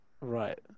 Right